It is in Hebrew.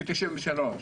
מ-1993.